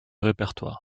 répertoire